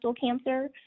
cancer